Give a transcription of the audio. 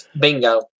Bingo